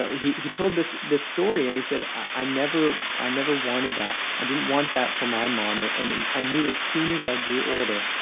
ah he he told this this story, and he said, i never i never wanted that. i didn't want that for my mom, ah and and i knew as soon as i grew older,